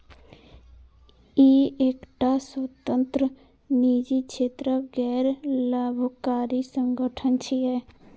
ई एकटा स्वतंत्र, निजी क्षेत्रक गैर लाभकारी संगठन छियै